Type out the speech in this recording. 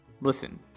Listen